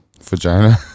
vagina